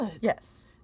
yes